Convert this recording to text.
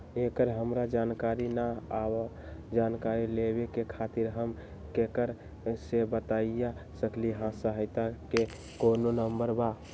एकर हमरा जानकारी न बा जानकारी लेवे के खातिर हम केकरा से बातिया सकली ह सहायता के कोनो नंबर बा?